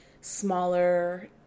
smaller